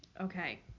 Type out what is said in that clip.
Okay